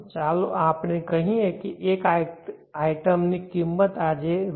ચાલો આપણે કહીએ કે એક આઇટમની કિંમત આજે રૂ